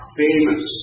famous